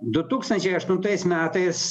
du tūkstančiai aštuntais metais